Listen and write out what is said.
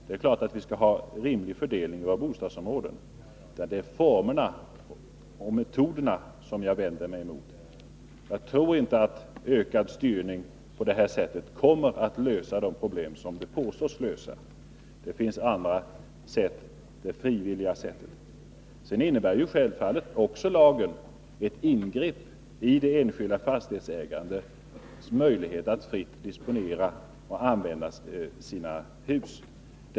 Det är klart att vi skall ha en rimlig fördelning i våra bostadsområden. Det är formerna och metoderna som jag vänder mig emot. Jag tror inte att ökad styrning på detta sätt kommer att lösa de problem som den påstås lösa. Det finns andra sätt — de frivilliga sätten. Lagen innebär självfallet också ett ingrepp i det enskilda fastighetsägandets möjligheter att fritt disponera och använda sina hus.